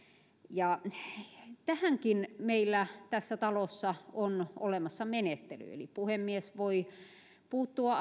ja tähänkin meillä tässä talossa on olemassa menettely eli puhemies voi puuttua